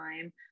time